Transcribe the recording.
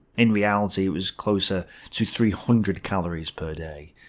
in reality, it was closer to three hundred calories per day.